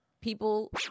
people